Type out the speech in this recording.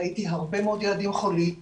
ראיתי הרבה מאוד ילדים חולים במחלקות,